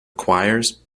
choirs